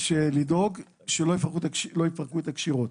הוא לדאוג שלא יפרקו את הקשירות.